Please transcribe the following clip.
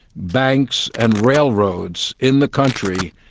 banks and railroads in the country,